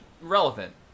relevant